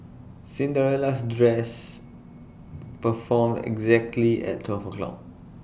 Cinderella's dress perform exactly at twelve o'clock